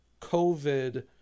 covid